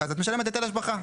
את משלמת היטל השבחה.